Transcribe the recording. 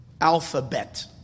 alphabet